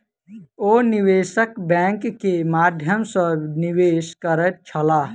ओ निवेशक बैंक के माध्यम सॅ निवेश करैत छलाह